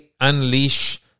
unleash